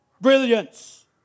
brilliance